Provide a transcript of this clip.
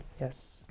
Yes